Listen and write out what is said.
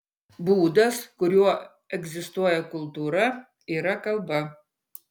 būdas kuriuo egzistuoja kultūra yra kalba